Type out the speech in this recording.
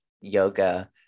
yoga